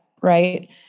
Right